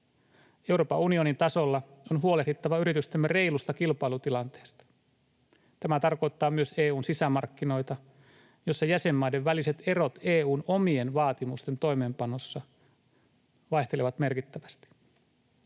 Euroopan unionin tasolla on huolehdittava yritystemme reilusta kilpailutilanteesta. Tämä tarkoittaa myös EU:n sisämarkkinoita, jossa jäsenmaiden väliset erot EU:n omien vaatimusten toimeenpanossa vaihtelevat merkittävästi.